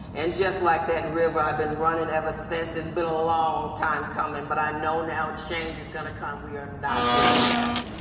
and just like that river, i've been running ever since. it's been a long time coming, but i know now change is going to come. we are not doing that.